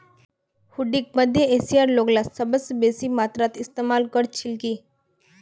हुंडीक मध्य एशियार लोगला सबस बेसी मात्रात इस्तमाल कर छिल की